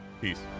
Peace